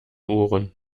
ohren